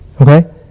Okay